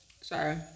Sorry